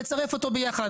תצרף אותו ביחד,